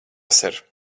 ser